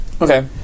Okay